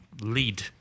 Lead